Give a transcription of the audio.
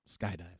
Skydive